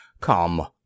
Come